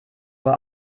uhr